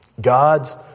God's